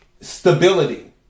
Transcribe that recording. Stability